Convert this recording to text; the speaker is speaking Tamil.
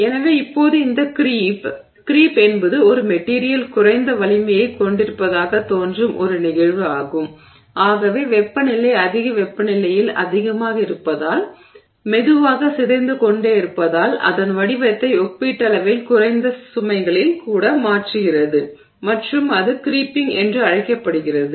எனவே இப்போது இந்த க்ரீப் க்ரீப் என்பது ஒரு மெட்டிரியல் குறைந்த வலிமையைக் கொண்டிருப்பதாகத் தோன்றும் ஒரு நிகழ்வு ஆகும் ஆகவே வெப்பநிலை அதிக வெப்பநிலையில் அதிகமாக இருப்பதால் மெதுவாக சிதைந்து கொண்டே இருப்பதால் அதன் வடிவத்தை ஒப்பீட்டளவில் குறைந்த சுமைகளில் கூட மாற்றுகிறது மற்றும் அது க்ரீப்ங் என்று அழைக்கப்படுகிறது